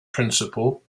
principle